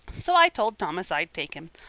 so i told thomas i'd take him.